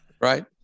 right